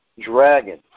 dragon